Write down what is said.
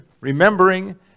remembering